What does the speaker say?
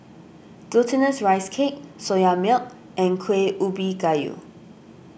Glutinous Rice Cake Soya Milk and Kuih Ubi Kayu